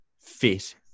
fit